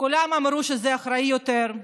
כולם אמרו שזה אחראי יותר,